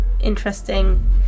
interesting